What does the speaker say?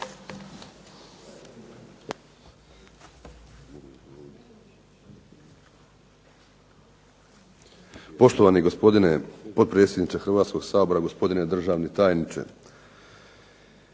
Poštovani gospodine potpredsjedniče Hrvatskog sabora, gospodine državni tajniče.